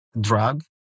drug